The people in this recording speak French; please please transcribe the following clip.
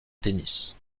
tennis